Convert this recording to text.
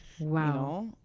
Wow